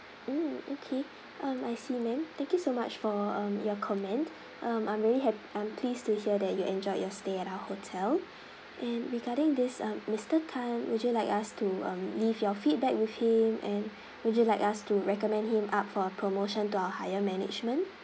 mm okay um I see ma'am thank you so much for um your comment um I'm really hap~ I'm pleased to hear that you enjoyed your stay at our hotel and regarding this uh mister tan would you like us to um leave your feedback with him and would you like us to recommend him up for a promotion to our higher management